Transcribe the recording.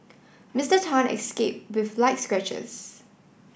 Mister Tan escaped with light scratches